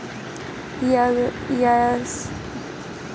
व्यावसायिक लेनदेन में भुगतान वारंट कअ जरुरत पड़ेला